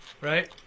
Right